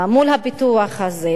מול הפיתוח הזה,